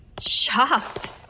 Shocked